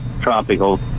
tropical